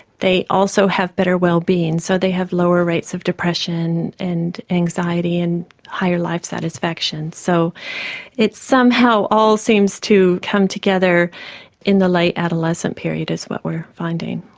they also have better wellbeing so they have lower rates of depression and anxiety and higher life satisfaction. so it somehow all seems to come together in the late adolescent period as what we're finding.